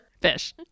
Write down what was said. fish